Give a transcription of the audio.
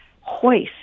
hoist